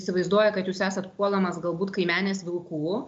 įsivaizduoja kad jūs esat puolamas galbūt kaimenės vilkų